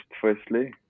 firstly